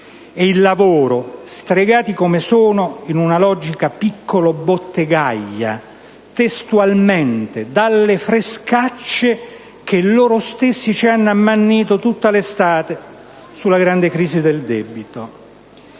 e il lavoro, stregati come sono, in una logica piccolo-bottegaia, dalle frescacce che loro stessi ci hanno ammannito tutta l'estate sulla grande crisi da debito.